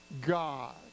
God